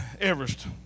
Everest